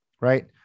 Right